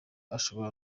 ashobora